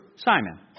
Simon